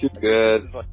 good